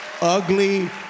ugly